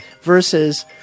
versus